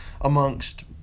amongst